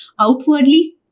outwardly